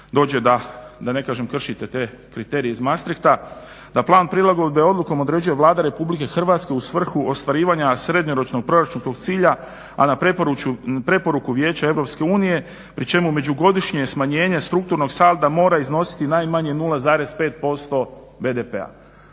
da, da ne kažem kršite te kriterije iz Maastrichta, da plan prilagodbe odlukom određuje Vlada RH u svrhu ostvarivanja srednjoročnog proračunskog cilja, a na preporuku Vijeća EU pri čemu među godišnja smanjenja strukturnog salda mora iznositi najmanje 0,5% BDP-a.